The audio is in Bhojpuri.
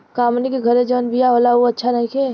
का हमनी के घरे जवन बिया होला उ अच्छा नईखे?